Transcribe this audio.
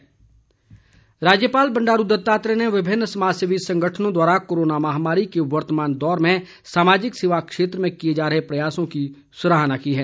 राज्यपाल राज्यपाल बंडारू दत्तात्रेय ने विभिन्न समाज सेवी संगठनों द्वारा कोरोना महामारी के वर्तमान दौर में सामाजिक सेवा क्षेत्र में किए जा रहे प्रयासों की सराहना की है